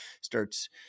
starts